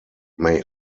may